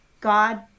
God